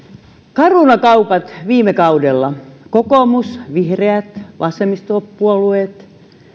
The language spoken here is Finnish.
caruna kaupat tehtiin viime kaudella kokoomus vihreät vasemmistopuolueet ja